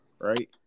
Right